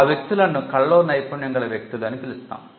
ఆ వ్యక్తులను కళలో నైపుణ్యం గల వ్యక్తులు అని పిలుస్తాము